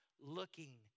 looking